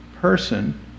person